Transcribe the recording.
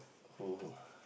who